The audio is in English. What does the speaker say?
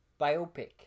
Biopic